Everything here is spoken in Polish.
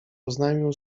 oznajmił